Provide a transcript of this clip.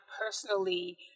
personally